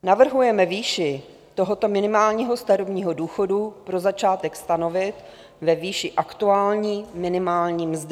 Navrhujeme výši tohoto minimálního starobního důchodu pro začátek stanovit ve výši aktuální minimální mzdy.